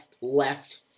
left